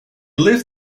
lived